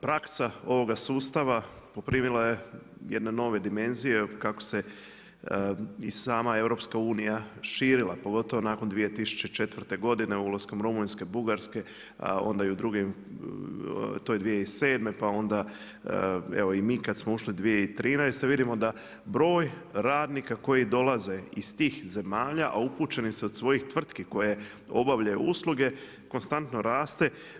Praksa ovoga sustava poprimila je jedne nove dimenzije, kako se i sama EU širila pogotovo nakon 2004. godine ulaskom Rumunjske, Bugarske to je 2007. pa onda evo i mi kada smo ušli 2013. vidimo da broj radnika koji dolaze iz tih zemalja, a upućeni su od svojih tvrtki koje obavljaju usluge konstantno raste.